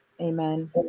Amen